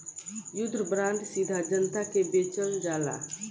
युद्ध बांड सीधा जनता के बेचल जाला